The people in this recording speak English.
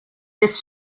this